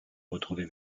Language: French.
retrouver